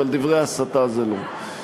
אבל דברי הסתה זה לא.